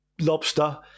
lobster